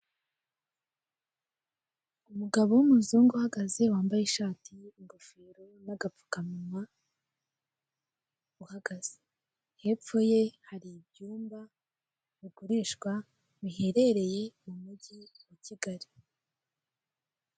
Inama yahuje abantu batandukanye, imbere hahagaze umugabo uri kuvuga ijambo ufite igikoresho ndangururamajwi mu ntoki, inyuma ye hari icyapa cyerekana ingingo nyamukuru y'iyo nama n'icyo igamije.